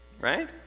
right